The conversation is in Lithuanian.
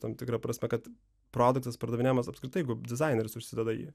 tam tikra prasme kad produktas pardavinėjamas apskritai jeigu dizaineris užsideda jį